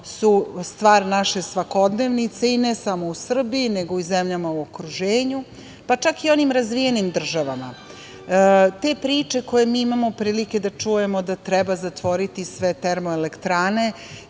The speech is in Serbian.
su stvar naše svakodnevice, i ne samo u Srbiji, nego i u zemljama u okruženju, pa čak i onim razvijenim državama. Te priče koje mi imamo prilike da čujemo, da treba zatvoriti sve termoelektrane,